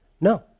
No